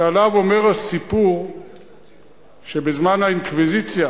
שעליו אומר הסיפור שבזמן האינקוויזיציה